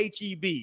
HEB